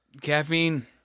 Caffeine